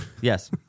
Yes